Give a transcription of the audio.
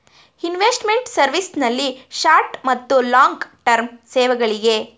investment service ನಲ್ಲಿ short ಮತ್ತು long term ಸೇವೆಗಳಿಗೆ